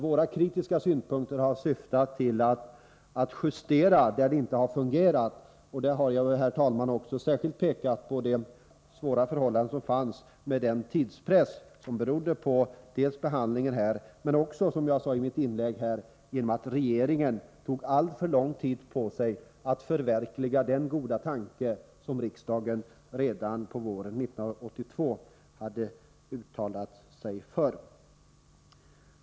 Våra kritiska synpunkter har syftat till att justera sådant som inte har fungerat, och där har jag, herr talman, särskilt pekat på de svåra förhållandena i och med tidspressen, som berodde dels på behandlingen här, dels, som jag sade i mitt inlägg, på att regeringen tog alltför lång tid på sig att förverkliga den goda tanke som riksdagen redan våren 1982 hade uttalat sig för.